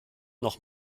noch